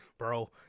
bro